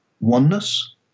oneness